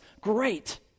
great